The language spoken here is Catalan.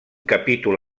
capítol